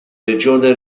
regione